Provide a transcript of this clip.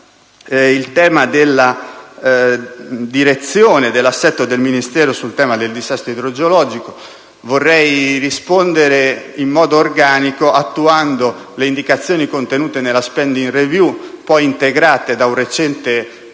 il tema della Direzione e dell'assetto del Ministero sul tema del dissesto idrogeologico, vorrei rispondere in modo organico attuando le indicazioni contenute nella *spending review*, poi integrate da una recente norma